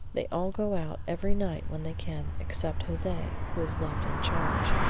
they all go out every night when they can, except jose, who is left in charge.